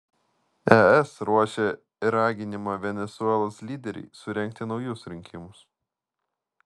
es ruošia raginimą venesuelos lyderiui surengti naujus rinkimus